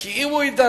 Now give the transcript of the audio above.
כי אם הוא יידרדר,